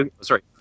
Sorry